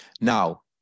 Now